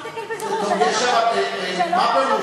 לארץ-ישראל בכנסת.